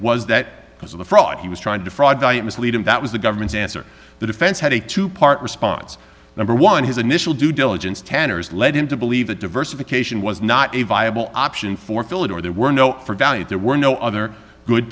was that because of the fraud he was trying to defraud by it mislead him that was the government's answer the defense had a two part response number one his initial due diligence tanner's led him to believe that diversification was not a viable option for fill it or there were no for value there were no other good